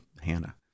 Hannah